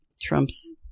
Trump's